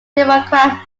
democrat